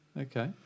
Okay